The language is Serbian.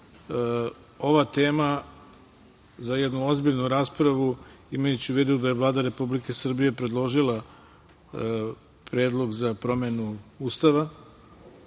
ova tema za jednu ozbiljnu raspravu, a imajući u vidu da je Vlada Republike Srbije predložila predlog za promenu Ustava.